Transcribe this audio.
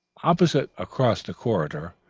opposite, across the corridor,